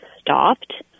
stopped